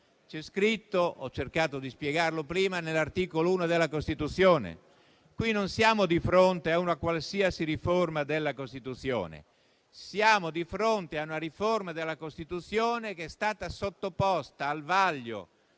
è scritto, come ho cercato di spiegarle prima, nell'articolo 1 della Costituzione. Qui non siamo di fronte a una qualsiasi riforma della Costituzione. Qui siamo di fronte a una riforma della Costituzione che è stata sottoposta al vaglio